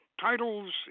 titles